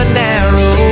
narrow